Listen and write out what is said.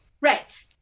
right